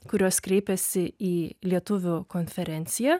kurios kreipėsi į lietuvių konferenciją